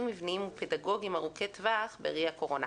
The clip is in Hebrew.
מבניים ופדגוגיים ארוכי טווח בראי הקורונה.